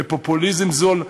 בפופוליזם זול,